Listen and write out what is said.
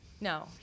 No